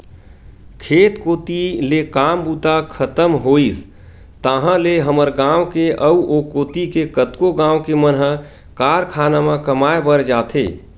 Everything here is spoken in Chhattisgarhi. खेत कोती ले काम बूता खतम होइस ताहले हमर गाँव के अउ ओ कोती के कतको गाँव के मन ह कारखाना म कमाए बर जाथे